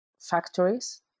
factories